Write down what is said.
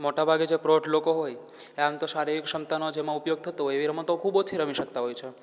મોટા ભાગે જે પ્રૌઢ લોકો હોય એ આમ તો શારીરિક ક્ષમતાનો જેમાં ઉપયોગ થતો હોય એવી રમતો ખૂબ ઓછી રમી શકતાં હોય છે